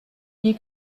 you